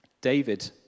David